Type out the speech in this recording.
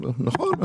נכון.